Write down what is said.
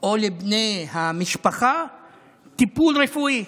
או לבני המשפחה טיפול רפואי.